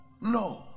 no